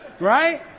Right